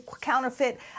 counterfeit